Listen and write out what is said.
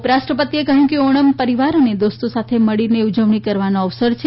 ઉપરાષ્ટ્રપતિએ કહ્યું કે ઓણમ પરીવાર અને દોસ્તોને સાથે મળી ઉજવણી કરવાનો અવસર છે